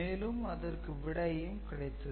மேலும் அதற்கு விடையும் கிடைத்தது